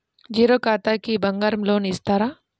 Zero ఖాతాకి బంగారం loan ఇస్తారా?